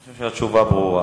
אני חושב שהתשובה ברורה.